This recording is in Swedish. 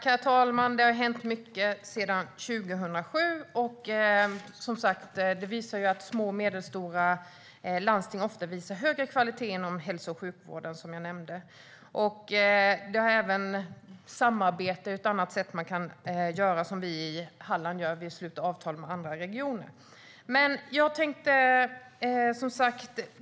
Herr talman! Det har hänt mycket sedan 2007. Små och medelstora landsting visar ofta högre kvalitet inom hälso och sjukvården, som jag nämnde. Samarbete är ett annat sätt som man kan använda - vi i Halland sluter avtal med andra regioner.